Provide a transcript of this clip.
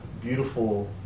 beautiful